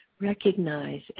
recognize